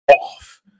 off